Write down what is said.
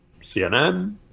CNN